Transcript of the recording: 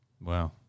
Wow